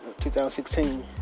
2016